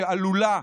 שעלולה,